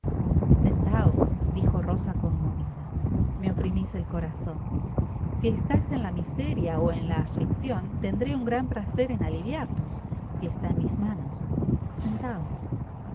sentaos dijo hosa conmovida me oprimis el corazon si estais en la miseria ó en la afliccion tendré un gran placer en aliviaros si está en mi mano sentaos